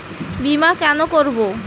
বিমা কেন করব?